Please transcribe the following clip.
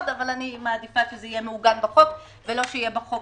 אבל אני מעדיפה שזה יהיה מעוגן בחוק ולא שיהיה בחוק